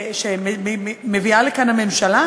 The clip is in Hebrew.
שמביאה לכאן הממשלה,